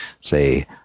say